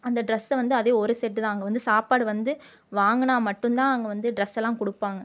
அந்த ட்ரெஸ்ஸை வந்து அதே ஒரு செட்டு தான் அங்கே வந்து சாப்பாடு வந்து வாங்கினா மட்டும் தான் அங்கே வந்து ட்ரெஸ்ஸெல்லாம் கொடுப்பாங்க